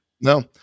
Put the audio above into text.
No